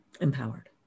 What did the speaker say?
Empowered